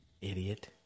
Idiot